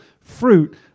fruit